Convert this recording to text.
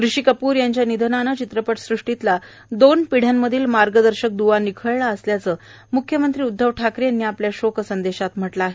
ऋषी कपूर यांच्या निधनानं चित्रपट सृष्टीतला दोन पिढ्यांमधला मार्गदर्शक द्वा निखळला असल्याचं म्ख्यमंत्र्यांनी आपल्या शोक संदेशात म्हटलं आहे